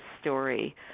story